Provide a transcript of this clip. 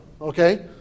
okay